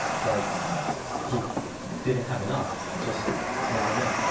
but he didn't have enough. just not enough.